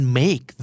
make